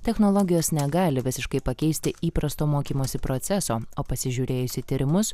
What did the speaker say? technologijos negali visiškai pakeisti įprasto mokymosi proceso o pasižiūrėjus į tyrimus